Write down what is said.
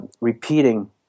repeating